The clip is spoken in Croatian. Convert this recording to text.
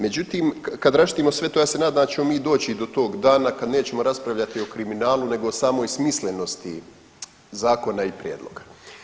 Međutim, kad raščistimo sve to ja se nadam da ćemo mi doći do tog dana kad nećemo raspravljati o kriminalu nego samoj smislenosti zakona i prijedloga.